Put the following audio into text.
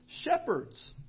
shepherds